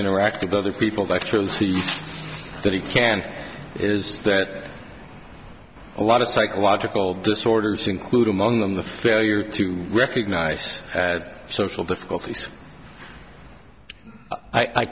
interact with other people that's true that he can is that a lot of psychological disorders include among them the failure to recognize social difficult